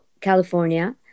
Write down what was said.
California